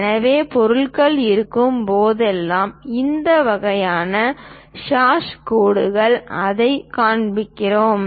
எனவே பொருள் இருக்கும் போதெல்லாம் இந்த வகையான ஹாஷ் கோடுகளால் அதைக் காண்பிப்போம்